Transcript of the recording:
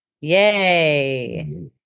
Yay